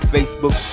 Facebook